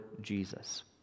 Jesus